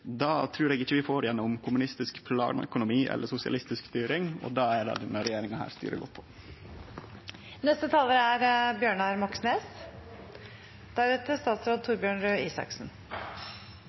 Det trur eg ikkje vi får gjennom kommunistisk planøkonomi eller sosialistisk styring, og det er det denne regjeringa styrer godt på. Markedet løser ikke klimakrisen. Det har man de siste 30 årene sett med all mulig tydelighet. I et marked går